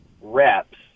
reps